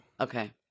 Okay